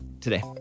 Today